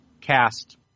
cast